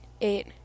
Eight